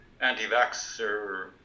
anti-vaxxer